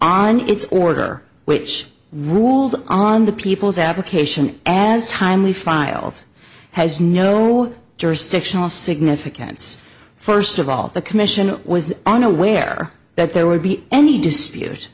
on its order which ruled on the people's application as timely filed has no jurisdictional significance first of all the commission was unaware that there would be any dispute